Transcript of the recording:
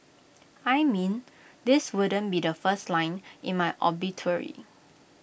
I mean this wouldn't be the first line in my obituary